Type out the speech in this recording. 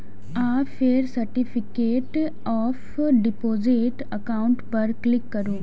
आ फेर certificate of deposit account पर क्लिक करू